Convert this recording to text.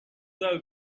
the